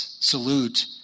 salute